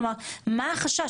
כלומר, מה החשש?